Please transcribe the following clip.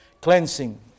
cleansing